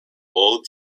old